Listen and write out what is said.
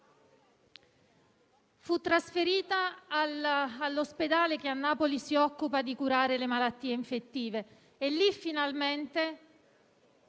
Fu trasferita all'ospedale che a Napoli si occupa di curare le malattie infettive e lì finalmente